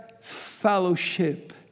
fellowship